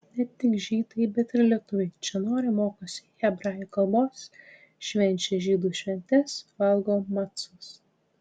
ne tik žydai bet ir lietuviai čia noriai mokosi hebrajų kalbos švenčia žydų šventes valgo macus